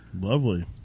Lovely